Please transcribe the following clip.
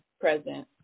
Present